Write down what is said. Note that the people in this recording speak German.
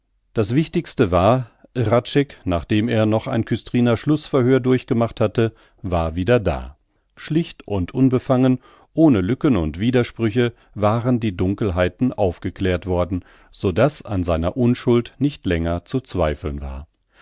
das wichtigste war hradscheck nachdem er noch ein küstriner schlußverhör durchgemacht hatte war wieder da schlicht und unbefangen ohne lücken und widersprüche waren die dunkelheiten aufgeklärt worden so daß an seiner unschuld nicht länger zu zweifeln war